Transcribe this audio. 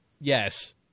Yes